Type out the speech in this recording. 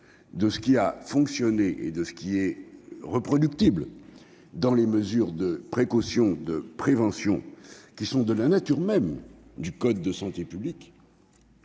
de ce qui a fonctionné et de ce qui est reproductible parmi les mesures de précaution et de prévention, qui sont de la nature même du code de la santé publique,